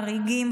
אריגים,